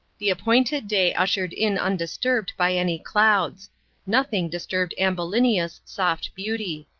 the appointed day ushered in undisturbed by any clouds nothing disturbed ambulinia's soft beauty.